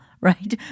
right